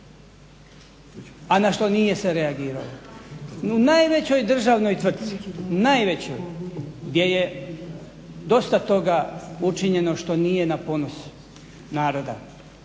a na što nije se reagiralo. U najvećoj državnoj tvrtci, najvećoj, gdje je dosta toga učinjeno što nije na ponos naroda